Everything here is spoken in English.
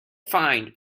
find